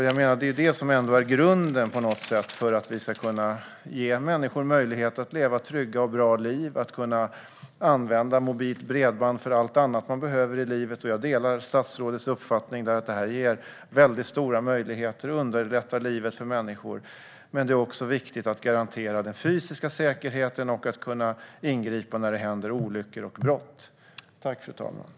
Jag menar att det ändå är detta som är grunden för att vi ska kunna ge människor möjlighet att leva trygga och bra liv och använda mobilt bredband för allt annat som behövs i livet. Jag delar statsrådets uppfattning att detta ger väldigt stora möjligheter och underlättar livet för människor, men det är också viktigt att garantera den fysiska säkerheten och att kunna ingripa när det händer olyckor och när brott begås.